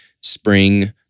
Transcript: spring